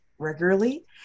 regularly